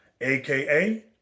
AKA